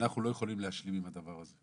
ואנחנו לא יכולים להשלים עם הדבר הזה.